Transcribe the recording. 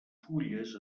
fulles